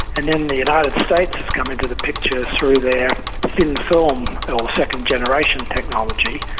and then the united states has come into the picture through their thin film and or second-generation technology,